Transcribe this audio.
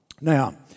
Now